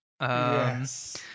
Yes